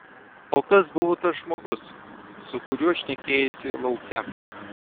o kas buvo tas žmogus su kuriuo šnekėjaisi lauke